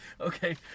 Okay